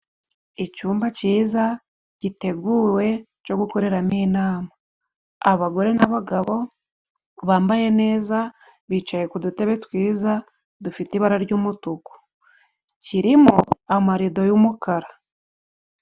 Icyumba ciza giteguwe co gukoreramo inama abagore n'abagabo bambaye neza bicaye ku dutebe twiza dufite ibara ry'umutuku kirimo amarido y'umukara.